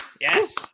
Yes